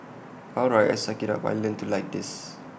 all right I'll suck IT up I'll learn to like this